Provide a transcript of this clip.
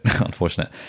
unfortunate